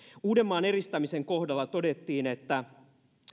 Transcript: uudenmaan eristämisen kohdalla todettiin että